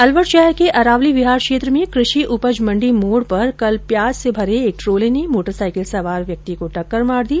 अलवर शहर के अरावली विहार क्षेत्र में कृषि उपज मंडी मोड़ पर कल प्याज से भरे एक ट्रोले ने मोटरसाईकिल सवार को टक्कर मार दी